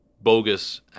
bogus